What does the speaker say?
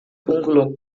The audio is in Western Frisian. ûngelok